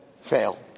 fail